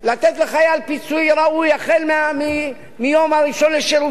לחייל פיצוי ראוי החל מהיום הראשון לשירותו.